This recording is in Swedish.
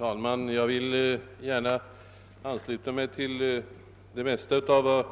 Herr talman! Jag kan ansluta mig till det mesta av det